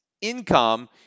income